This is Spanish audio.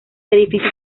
edificio